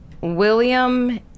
William